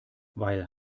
weil